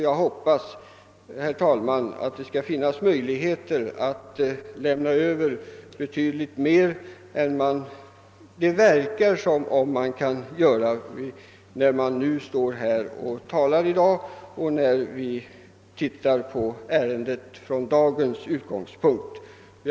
Jag hoppas, herr talman, att det från dagens utgångspunkter skall finnas möjligheter att lämna betydligt mer än diskussionen i dag ger anledning att tro.